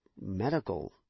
medical